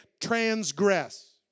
transgress